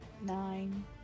Nine